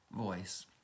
voice